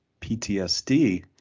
PTSD